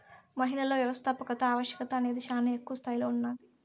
మహిళలలో వ్యవస్థాపకత ఆవశ్యకత అనేది శానా ఎక్కువ స్తాయిలో ఉన్నాది